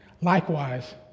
Likewise